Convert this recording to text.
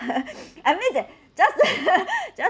I mean that just that just